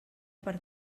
per